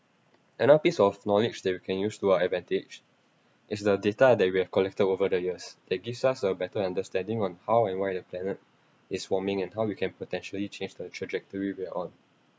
another piece of knowledge that we can use to our advantage is the data that we have collected over the years that gives us a better understanding on how and why the planet is warming and how you can potentially change the trajectory we're on